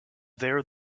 there